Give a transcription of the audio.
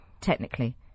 technically